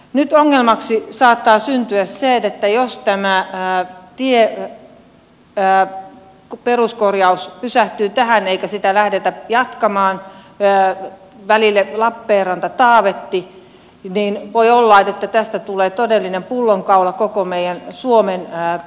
nyt ongelmaksi saattaa syntyä se että jos tämä tien peruskorjaus pysähtyy tähän eikä sitä lähdetä jatkamaan välille lappeenrantataavetti niin voi olla että tästä tulee todellinen pullonkaula koko meidän suomen liikennelogistiikankin kannalta